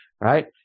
right